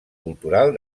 cultural